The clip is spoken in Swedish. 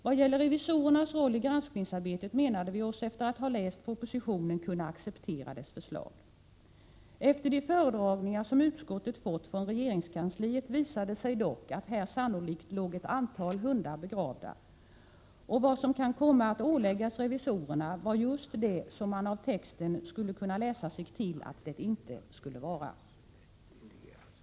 Vad gäller revisorernas roll i granskningsarbetet menade vi oss efter att ha läst propositionen kunna acceptera dess förslag. Efter de föredragningar som utskottet har fått från regeringskansliet, visade det sig dock att här sannolikt låg ett antal hundar begravda och att vad som kan komma att åläggas revisorerna var just det som man av texten skulle kunna läsa sig till att det inte skulle vara.